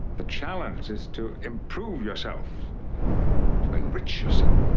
the challenge is to improve yourself to enrich yourself.